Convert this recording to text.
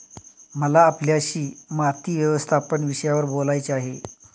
मला आपल्याशी माती व्यवस्थापन विषयावर बोलायचे आहे